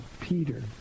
Peter